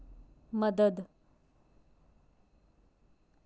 मदद